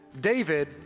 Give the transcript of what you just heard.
David